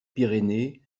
pyrénées